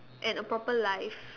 and a proper life